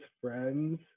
friends